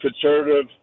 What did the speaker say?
Conservative